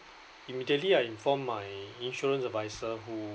immediately I informed my insurance advisor who